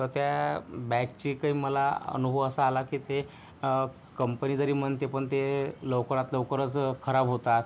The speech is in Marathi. तर त्या बॅगची काही मला अनुभव असा आला की ते कंपनी जरी म्हणते पण ते लवकरात लवकरच खराब होतात